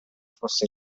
fosse